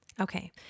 Okay